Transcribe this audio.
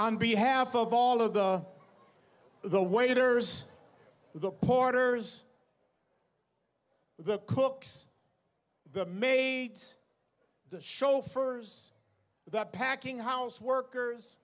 on behalf of all of the the waiters the porters the cooks the maids chauffeurs that packing house workers